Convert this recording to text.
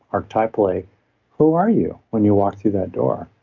archetypally who are you when you walk through that door?